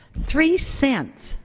three cents,